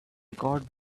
got